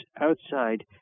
outside